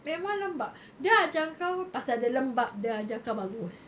memang lembab dia ajar kau pasal dia lembab dia ajar kau bagus